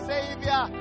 Savior